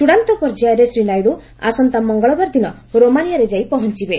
ଚ୍ଚଡ଼ାନ୍ତ ପର୍ଯ୍ୟାୟରେ ଶ୍ରୀ ନାଇଡ଼ୁ ଆସନ୍ତା ମଙ୍ଗଳବାର ଦିନ ରୋମାନିଆରେ ଯାଇ ପହଞ୍ଚବେ